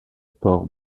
port